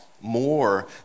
more